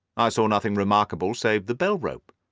i saw nothing remarkable save the bell-rope,